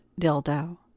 dildo